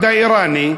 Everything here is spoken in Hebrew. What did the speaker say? האיראני.